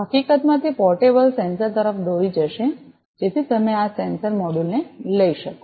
હકીકતમાં તે portable sensor તરફ દોરી જશે જેથી તમે આ સેન્સર મોડ્યુલને લઈ શકો